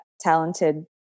talented